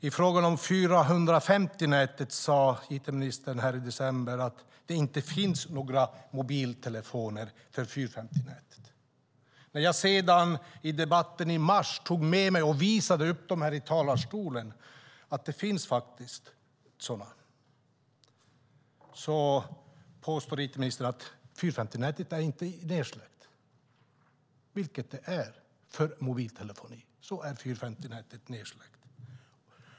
I frågan om 450-nätet sade it-ministern i december att det inte finns några mobiltelefoner för det nätet. När jag i den debatt vi hade i mars tog med mig några sådana telefoner och visade upp dem här i talarstolen påstod ministern att 450-nätet inte är nedsläckt, vilket det dock är. För mobiltelefoner är 450-nätet nedsläckt.